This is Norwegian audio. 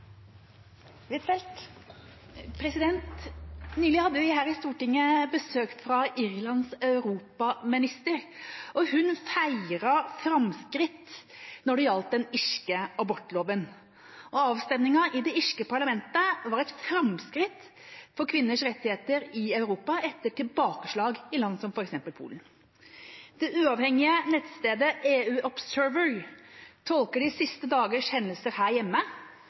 Irlands europaminister, og hun feiret framskritt når det gjaldt den irske abortloven. Avstemningen i det irske parlamentet var et framskritt for kvinners rettigheter i Europa, etter tilbakeslag i land som f.eks. Polen. Det uavhengige nettstedet EUobserver tolker de siste dagers hendelser her hjemme